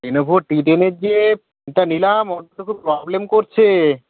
লিনোভোর T টেনের যেটা নিলাম ওটা তো খুব প্রবলেম করছে